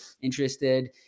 interested